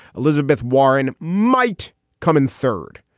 elizabeth warren might come in third.